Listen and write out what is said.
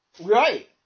Right